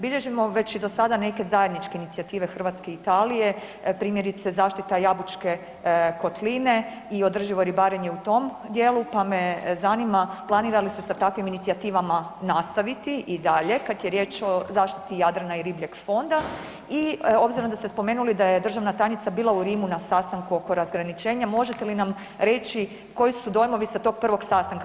Bilježimo već i dosada neke zajedničke inicijative Hrvatske i Italije, primjerice zaštita Jabučke kotline i održivo ribarenje u tom djelu pa me zanima, planira li se sa sa takvim inicijativama nastaviti i dalje kad je riječ o zaštiti Jadrana i ribljeg fonda i obzirom da ste spomenuli da je državna tajnica bila u Rimu na sastanku oko razgraničenja, možete li nam reći koji su dojmovi sa tog prvog sastanka?